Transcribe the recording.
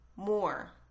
More